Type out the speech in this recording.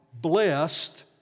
blessed